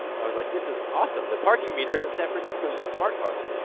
i was like, this is awesome, the parking meters in san francisco use smart cards.